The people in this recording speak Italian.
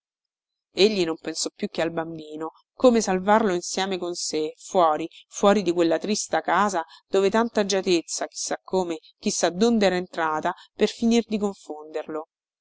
egli non pensò più che al bambino come salvarlo insieme con sé fuori fuori di quella trista casa dove tanta agiatezza chi sa come chi sa donde era entrata per finir di confonderlo